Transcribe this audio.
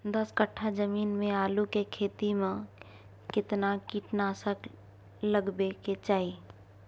दस कट्ठा जमीन में आलू के खेती म केतना कीट नासक लगबै के चाही?